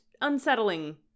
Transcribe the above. unsettling